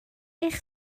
eich